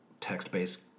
text-based